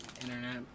internet